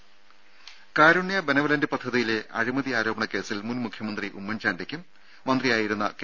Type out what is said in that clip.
രും കാരുണ്യ ബെനവലന്റ് പദ്ധതിയിലെ അഴിമതിയാരോപണ കേസിൽ മുൻ മുഖ്യമന്ത്രി ഉമ്മൻ ചാണ്ടിക്കും മന്ത്രിയായിരുന്ന കെ